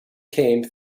came